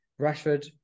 Rashford